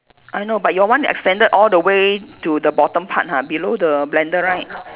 I know but your one extended all the way to the bottom part ha below the blender right